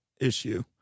issue